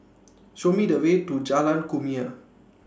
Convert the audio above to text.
Show Me The Way to Jalan Kumia